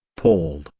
paul,